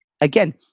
again